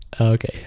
Okay